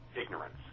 ignorance